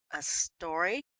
a story?